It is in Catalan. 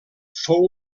fou